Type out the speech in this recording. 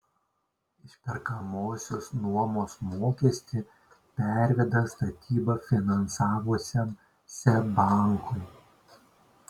išperkamosios nuomos mokestį perveda statybą finansavusiam seb bankui